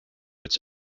its